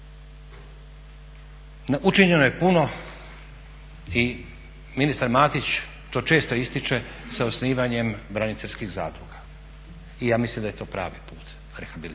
Učinjeno je puno i ministar Matić to često ističe sa osnivanjem braniteljskih zadruga i ja mislim da je to pravi put rehabilitacije.